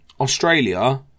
Australia